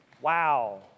Wow